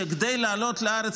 שכדי לעלות לארץ,